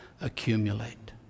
accumulate